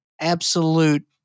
absolute